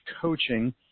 coaching